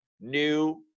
new